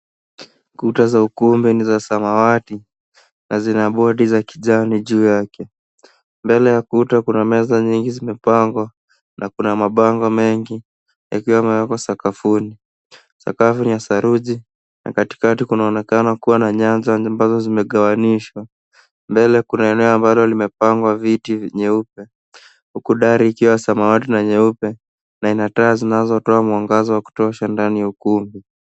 Kuta za ukumbe ni za samawati na zina bodi za kijani juu yake. Mbele ya kuta kuna meza zimepangwa na kuna mabango mengi yakiwemo yako sakafuni. Sakafu ni ya saruji na katikati kunaonekana kuwa na nyanza ambazo zimegawanishwa. Mbele kuna eneo ambalo limepangwa viti nyeupe, huku dari ikiwa ya samawati na nyeupe na ina taa zinazotoa mwangaza wa kutosha ndani ya ukumbi.